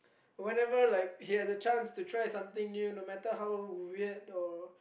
whenever like he has a chance to try something new no matter how weird or